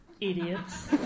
Idiots